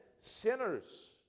sinners